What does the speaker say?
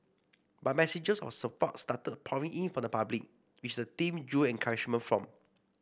but messages of support started pouring in from the public which the team drew encouragement from